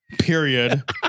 period